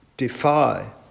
defy